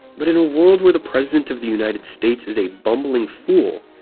but in a world where the president of the united states is a bumbling fool,